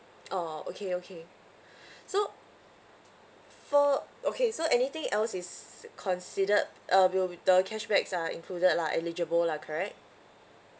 orh okay okay so for okay so anything else is considered uh will the cashbacks are included lah eligible lah correct